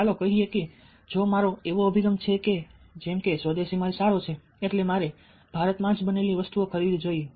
ચાલો કહીએ કે જો મારો એવો અભિગમ છે જેમ કે સ્વદેશી માલ સારો છે એટલે મારે ભારતમાં બનેલી વસ્તુઓ ખરીદવી જોઈએ